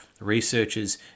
Researchers